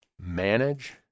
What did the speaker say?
manage